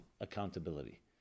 accountability